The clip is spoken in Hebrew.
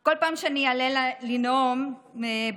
כל פעם שאני אעלה לנאום במליאה,